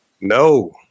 No